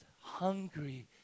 hungry